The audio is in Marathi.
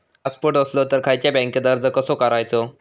पासपोर्ट असलो तर खयच्या बँकेत अर्ज कसो करायचो?